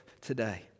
today